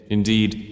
Indeed